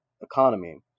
economy